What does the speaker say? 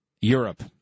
Europe